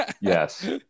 Yes